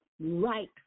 right